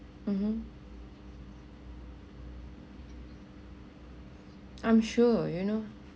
mmhmm I'm sure you know